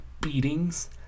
beatings